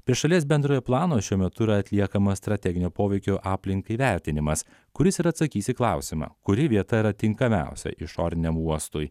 prie šalies bendrojo plano šiuo metu yra atliekama strateginio poveikio aplinkai vertinimas kuris ir atsakys į klausimą kuri vieta yra tinkamiausia išoriniam uostui